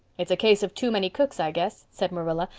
it's a case of too many cooks, i guess, said marilla,